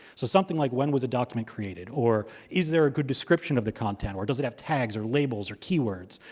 so something like when was a document created, or is there a good description of the content, or does it have tags, or labels, or keywords?